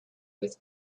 with